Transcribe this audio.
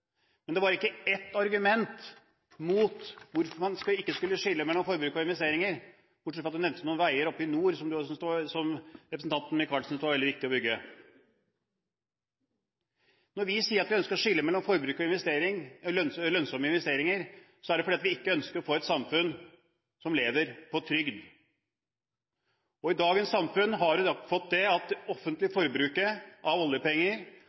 men det var ikke ett argument om hvorfor man ikke skulle skille mellom forbruk og investeringer, bortsett fra at representanten Micaelsen nevnte noen veier oppe i nord som han syntes det var veldig viktig å bygge. Når vi sier at vi ønsker å skille mellom forbruk og lønnsomme investeringer, er det fordi vi ikke ønsker å få et samfunn som lever på trygd. I dagens samfunn har det